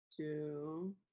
two